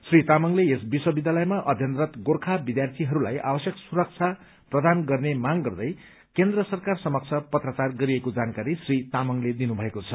श्री तामाङले यस विश्वविद्यालयमा अध्ययनरत गोर्खा विद्यार्थीहरूलाई आवश्यक सुरक्षा प्रदान गर्ने माग गर्दै केन्द्र सरकार समक्ष पत्राचार गरिएको जानकारी श्री तामाङले दिनुभएको छ